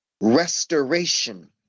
restoration